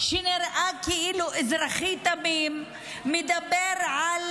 שנראה כאילו אזרחי תמים, מדבר על